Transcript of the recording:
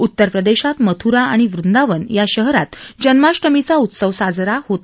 उतर प्रदेशातली मथ्रा आणि वंदावन शहरात जन्माष्टमीचा उत्सव साजरा होत